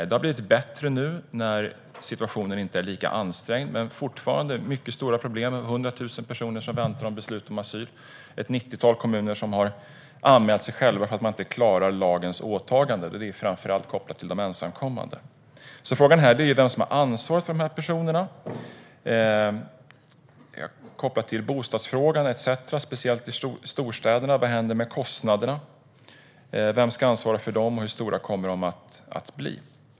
Det har blivit bättre nu när situationen inte är lika ansträngd, men det finns fortfarande mycket stora problem: 100 000 personer väntar på beslut om asyl och ett nittiotal kommuner har anmält sig själva för att de inte klarar åtagandena enligt lagen, framför allt kopplat till de ensamkommande. Frågan är vem som har ansvaret för dessa personer när det gäller till exempel bostadsfrågan, speciellt i storstäderna. Vad händer med kostnaderna? Vem ska ansvara för dem, och hur stora kommer de att bli?